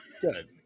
Good